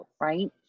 right